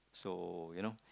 so you know